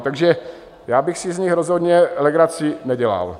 Takže já bych si z nich rozhodně legraci nedělal.